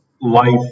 life